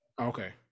Okay